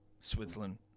Switzerland